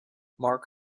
marc